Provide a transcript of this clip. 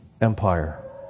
empire